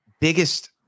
Biggest